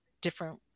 different